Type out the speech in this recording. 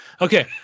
okay